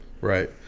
Right